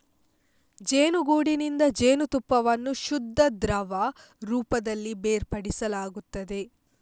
ಜೇನುಗೂಡಿನಿಂದ ಜೇನುತುಪ್ಪವನ್ನು ಶುದ್ಧ ದ್ರವ ರೂಪದಲ್ಲಿ ಬೇರ್ಪಡಿಸಲಾಗುತ್ತದೆ